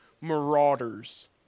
marauders